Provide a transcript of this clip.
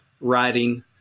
writing